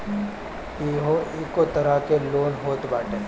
इहो एगो तरह के लोन होत बाटे